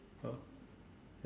ah you know